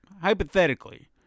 hypothetically